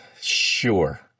sure